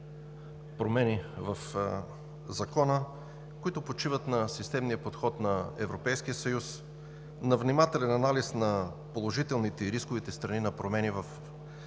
промени в Закона, които почиват на системния подход на Европейския съюз, на внимателен анализ на положителните и рисковите страни на промени в данъка